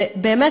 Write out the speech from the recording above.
ובאמת,